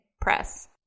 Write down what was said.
press